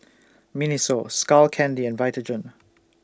Miniso Skull Candy and Vitagen